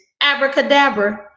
Abracadabra